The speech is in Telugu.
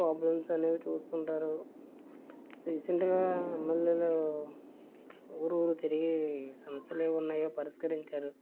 ప్రాబ్లమ్స్ అనేవి చూస్తుంటారు రీసెంట్గా ఎమ్మెల్యేలు ఊరూరు తిరిగి సమస్యలు ఏమున్నాయో పరిష్కరించారు